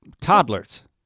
toddlers